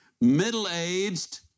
middle-aged